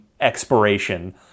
expiration